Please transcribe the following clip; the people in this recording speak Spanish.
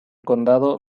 condado